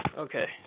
Okay